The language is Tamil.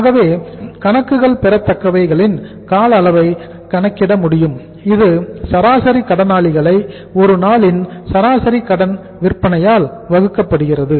ஆகவே கணக்குகள் பெறத்தக்கவைகளின் கால அளவை கணக்கிட முடியும் இது சராசரி கடனாளிகளை ஒரு நாளின் சராசரி கடன் விற்பனையால் வகுக்கப்படுகிறது